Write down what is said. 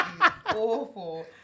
awful